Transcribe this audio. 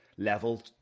level